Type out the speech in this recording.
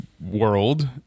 world